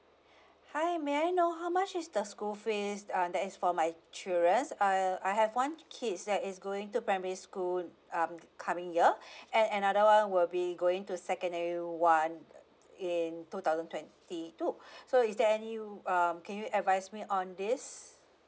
hi may I know how much is the school fees uh that is for my children uh I have one kids that is going to primary school um coming year and another [one] will be going to secondary one in two thousand twenty two so is there any ru~ um can you advise me on this